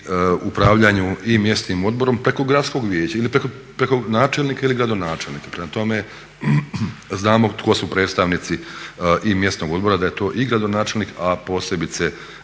i upravljanju i mjesnim odborom preko gradskog vijeća ili preko načelnika ili gradonačelnika. Prema tome, znamo tko su predstavnici i mjesnog odbora, da je to i gradonačelnik a posebice